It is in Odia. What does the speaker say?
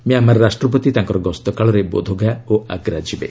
ମ୍ୟାଁମାର ରାଷ୍ଟ୍ରପତି ତାଙ୍କର ଗସ୍ତ କାଳରେ ବୋଧଗୟା ଓ ଆଗ୍ରା ଯିବେ